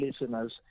listeners